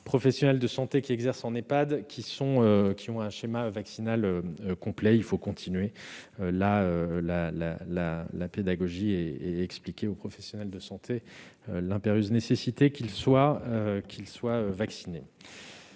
professionnels de santé qui exercent en Ehpad ont suivi un schéma vaccinal complet. Il faut continuer la pédagogie et expliquer aux professionnels de santé l'impérieuse nécessité de se faire vacciner.